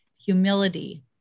humility